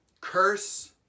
curse